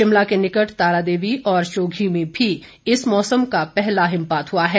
शिमला के निकट तारादेवी और शोधी में भी इस मौसम का पहला हिमपात हुआ है